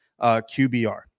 QBR